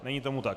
Není tomu tak.